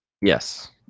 Yes